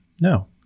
No